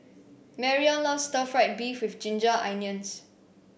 Marrion loves Stir Fried Beef with Ginger Onions